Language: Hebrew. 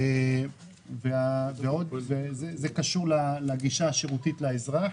בעיני זה קשור לגישה השירותית לאזרח.